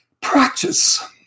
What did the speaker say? practice